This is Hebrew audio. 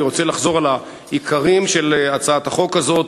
אני רוצה לחזור על העיקרים של הצעת החוק הזאת.